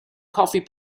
coffee